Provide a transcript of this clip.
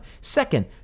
Second